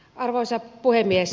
arvoisa puhemies